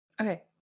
Okay